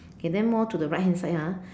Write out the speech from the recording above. okay then more to the right hand side ah